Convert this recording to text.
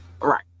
right